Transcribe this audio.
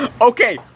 okay